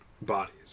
bodies